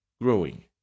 growing